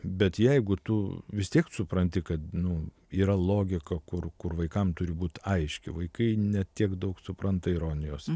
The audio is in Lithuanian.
bet jeigu tu vis tiek supranti kad nu yra logika kur kur vaikam turi būti aiški vaikai ne tiek daug supranta ironijos